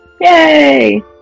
yay